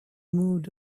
moved